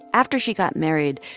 after she got married,